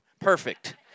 Perfect